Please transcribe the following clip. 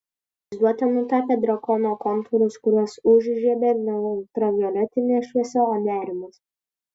vaizduotė nutapė drakono kontūrus kuriuos užžiebė ne ultravioletinė šviesa o nerimas